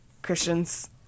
Christians